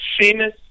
Seamus